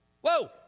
whoa